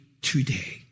today